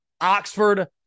Oxford